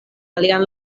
alian